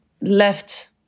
left